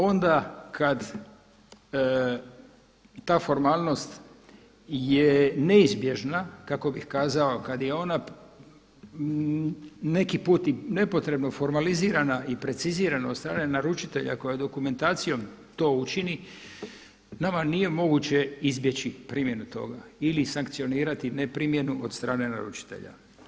Onda kad ta formalnost je neizbježna kako bih kazao, kad je ona neki put i nepotrebno formalizirana i precizirana od strane naručitelja koje dokumentacijom to učini nama nije moguće izbjeći primjenu toga ili sankcionirati neprimjenu od strane naručitelja.